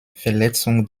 verletzung